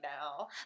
now